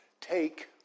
take